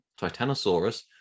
Titanosaurus